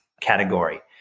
category